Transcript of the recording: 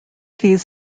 these